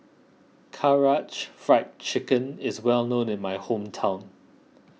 Karaage Fried Chicken is well known in my hometown